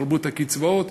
תרבות הקצבאות,